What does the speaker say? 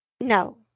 No